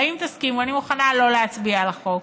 והאם תסכימו, אני מוכנה לא להצביע על החוק,